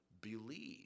believe